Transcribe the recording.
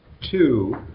two